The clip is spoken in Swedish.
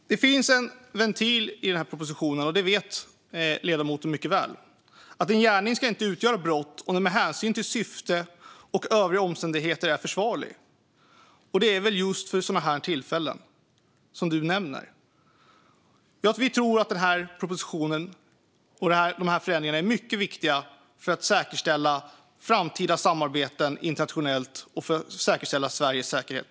Fru talman! Det finns en ventil i propositionen, och det vet ledamoten mycket väl. En gärning ska inte utgöra brott om den med hänsyn till syfte och övriga omständigheter är försvarlig. Det gäller just sådana tillfällen som du nämner. Vi tror att förändringarna i propositionen är mycket viktiga för att säkerställa både framtida internationella samarbeten och Sveriges säkerhet.